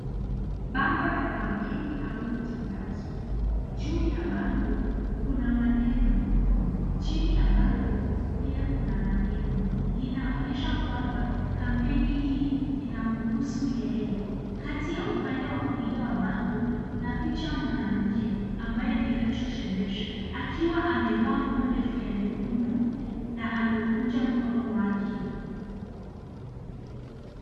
Bango la kampeni au tangazo. Juu ya bango kuna maneno , chini ya bango pia kuna maneno. Linaonyesha kwamba kampeni hii inamhusu yeye. Kati ya upande wa kulia wa bango kuna picha ya mwanamke ambaye ni Reachel shebesh, akiwa amevaa nguo ndefu ya nyekundu na amekunja mkono wake.